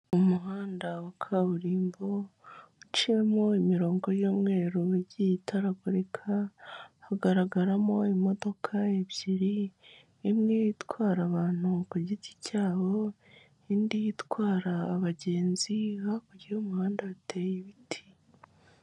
Umuhanda wa kaburimbo uciyemo imirongo y'umweru igiye itagurika hagaragaramo imodoka ebyiri imwe itwara abantu ku giti cyabo, indi itwara abagenzi hakurya y'umuhanda hateye ibiti.